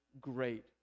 great